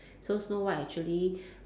so snow white actually